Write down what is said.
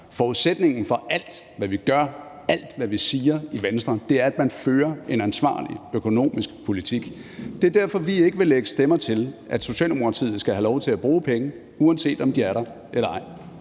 Forudsætningen for alt, hvad vi gør, og alt, hvad vi siger i Venstre, er, at man fører en ansvarlig økonomisk politik. Det er derfor, vi ikke vil lægge stemmer til, at Socialdemokratiet skal have lov til at bruge penge, uanset om de er der eller ej.